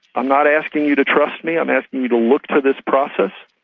i'm not asking you to trust me, i'm asking you to look to this process,